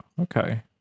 okay